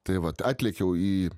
tai vat atlėkiau į